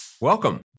Welcome